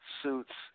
suits